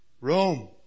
Rome